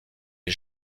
les